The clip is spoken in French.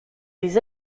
les